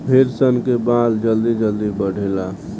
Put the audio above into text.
भेड़ सन के बाल जल्दी जल्दी बढ़ेला